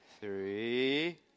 Three